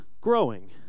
growing